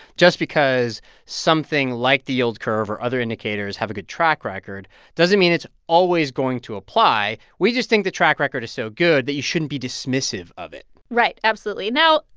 just because something like the yield curve or other indicators have a good track record doesn't mean it's always going to apply. we just think the track record is so good that you shouldn't be dismissive of it right, absolutely. now,